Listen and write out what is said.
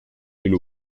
digl